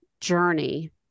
journey